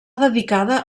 dedicada